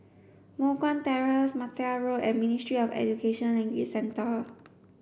Moh Guan Terrace Mattar Road and Ministry of Education Language Centre